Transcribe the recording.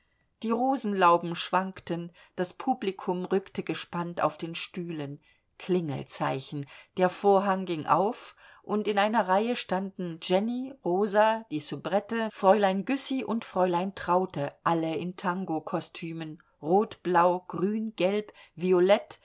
die rosenlauben schwankten das publikum rückte gespannt auf den stühlen klingelzeichen der vorhang ging auf und in einer reihe standen jenny rosa die soubrette fräulein güssy und fräulein traute alle in tangokostümen rot blau grün gelb violett